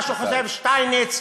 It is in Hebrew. מה שחושב שטייניץ,